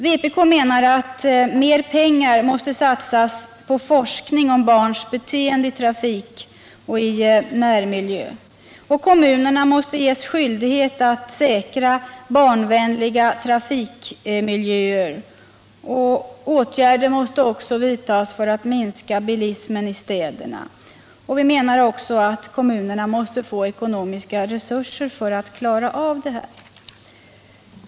Vpk menar att mer pengar måste satsas på forskning om barns beteende i trafik och närmiljö. Kommunerna måste ges skyldighet att säkra barnvänligare trafikmiljöer, och åtgärder måste också vidtas för att minska bilismen i städerna. Vi menar även att kommunerna måste få ekonomiska resurser för att klara av detta.